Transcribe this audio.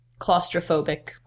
claustrophobic